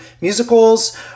musicals